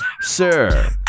sir